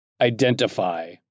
identify